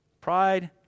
Pride